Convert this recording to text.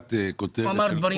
אתה יודע שמכתבה בעיתון,